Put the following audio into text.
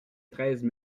treize